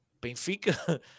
Benfica